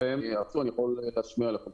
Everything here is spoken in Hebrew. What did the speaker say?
אני באמת מקווה שכמו